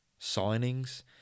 signings